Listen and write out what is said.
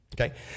Okay